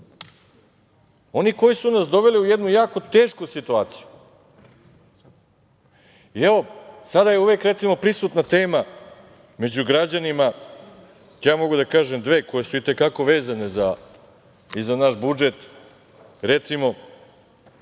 Oni koji su nas doveli u jednu jako tešku situaciju. Evo, sada je uvek prisutna tema među građanima, ja mogu da kažem dve, koje su i te kako vezane za naš budžet, recimo,